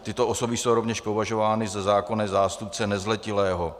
Tyto osoby jsou rovněž považovány za zákonné zástupce nezletilého.